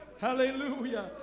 Hallelujah